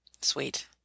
Sweet